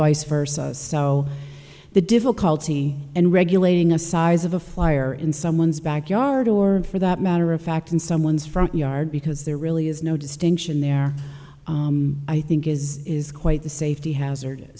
vice versa so the difficulty and regulating a size of a fire in someone's backyard or for that matter of fact in someone's front yard because there really is no distinction there i think is is quite the safety hazard